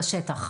בשטח?